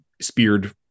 speared